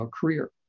career